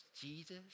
Jesus